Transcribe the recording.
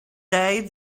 day